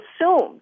assumed